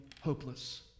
hopeless